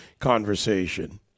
conversation